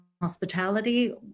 hospitality